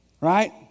right